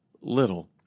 little